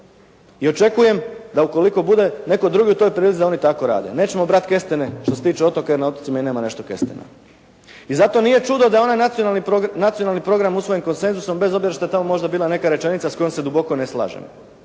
I očekujem da ukoliko bude neko drugi u toj prilici da oni tako rade. Nećemo brati kestene što se tiče otoka, jer na otocima i nema nešto kestena. I zato nije čudo da onaj Nacionalni program usvojen konsenzusom bez obzira što je tamo možda bila neka rečenica s kojom se dubokom ne slažem,